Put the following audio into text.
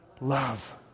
Love